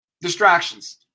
distractions